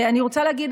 אני רוצה להגיד,